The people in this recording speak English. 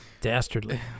Dastardly